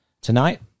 tonight